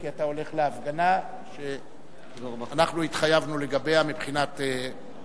כי אתה הולך להפגנה שאנחנו התחייבנו לגביה מבחינת המחלוקות.